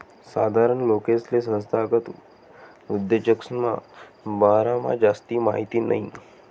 साधारण लोकेसले संस्थागत उद्योजकसना बारामा जास्ती माहिती नयी